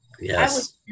Yes